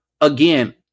Again